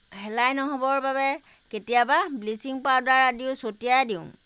শেলাই নহ'বৰ বাবে কেতিয়াবা ব্লিচিং পাউডাৰ আদিও ছটিয়াই দিওঁ